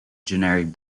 generic